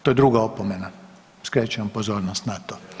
To je druga opomena, skrećem pozornost na to.